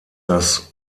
das